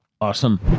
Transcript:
Awesome